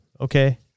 Okay